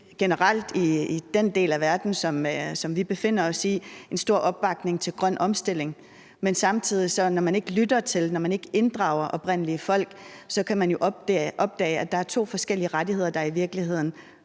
generelt i den del af verden, som vi befinder os i, en stor opbakning til grøn omstilling, men samtidig kan man jo, når man ikke lytter til og ikke inddrager oprindelige folk, opdage, at der er to forskellige rettigheder, der i virkeligheden